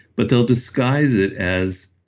but they'll disguise it as,